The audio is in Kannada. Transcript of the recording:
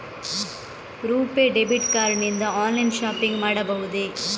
ರುಪೇ ಡೆಬಿಟ್ ಕಾರ್ಡ್ ನಿಂದ ಆನ್ಲೈನ್ ಶಾಪಿಂಗ್ ಮಾಡಬಹುದೇ?